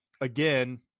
again